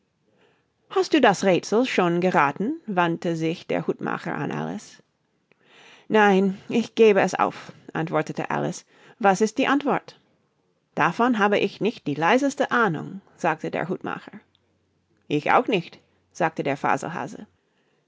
hast du das räthsel schon gerathen wandte sich der hutmacher an alice nein ich gebe es auf antwortete alice was ist die antwort davon habe ich nicht die leiseste ahnung sagte der hutmacher ich auch nicht sagte der